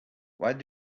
what